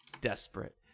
desperate